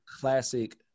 classic